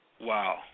Wow